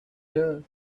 here